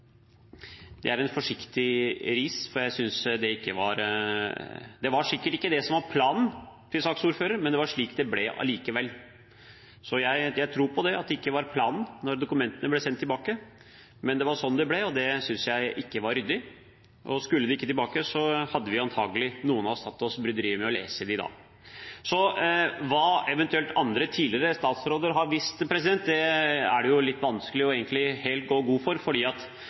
det er en forsiktig ris. Det var sikkert ikke det som var planen til saksordfører, men det var slik det ble allikevel. Jeg tror på at det ikke var planen da dokumentene ble sendt tilbake. Men det var sånn det ble, og det synes jeg ikke var ryddig. Og skulle de ikke tilbake, så hadde noen av oss antagelig tatt oss bryderiet med å lese dem da. Så hva andre tidligere statsråder eventuelt har visst, er det litt vanskelig egentlig helt å gå god for.